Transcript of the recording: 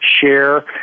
share